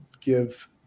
give